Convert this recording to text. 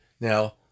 Now